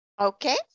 Okay